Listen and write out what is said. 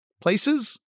Places